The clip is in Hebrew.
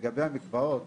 לגבי המקוואות.